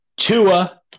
Tua